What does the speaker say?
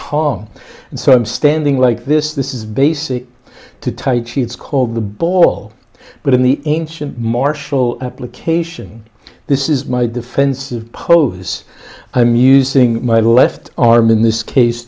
om and so i'm standing like this this is basic to tight sheets called the ball but in the ancient martial application this is my defensive pose i'm using my left arm in this case